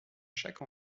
chaque